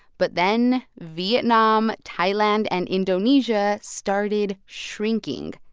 but then vietnam, thailand and indonesia started shrinking.